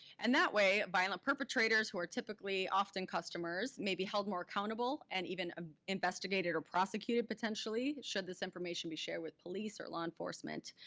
and that way, violent perpetrators who are typically often customers may be held more accountable and even ah investigated or prosecuted potentially should this information be shared with police or law enforcement.